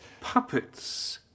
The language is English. Puppets